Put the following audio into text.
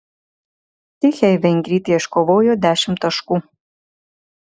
tichei vengrytė iškovojo dešimt taškų